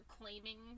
Claiming